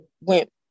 Went